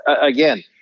again –